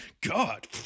God